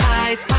eyes